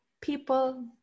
people